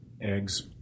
Eggs